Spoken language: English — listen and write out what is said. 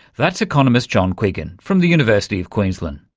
that's economist john quiggin from the university of queensland.